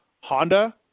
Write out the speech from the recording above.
Honda